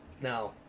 No